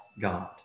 God